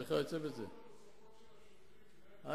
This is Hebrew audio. אלה השעות הנוספות של השוטרים, מזה הם חיים.